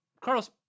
Carlos